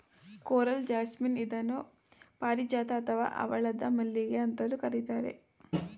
coral jasmine ಇದನ್ನು ಪಾರಿಜಾತ ಅಥವಾ ಹವಳದ ಮಲ್ಲಿಗೆ ಅಂತಲೂ ಕರಿತಾರೆ